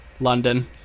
London